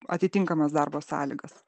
atitinkamas darbo sąlygas